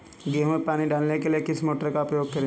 गेहूँ में पानी डालने के लिए किस मोटर का उपयोग करें?